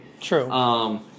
True